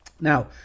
Now